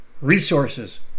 resources